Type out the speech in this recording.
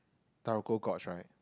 Taroko-Gorge right